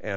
and